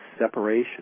separation